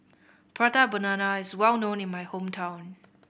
Prata Banana is well known in my hometown